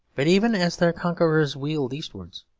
but even as their conquerors wheeled eastwards,